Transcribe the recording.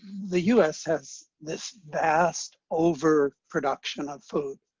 the us has this past over-production of food.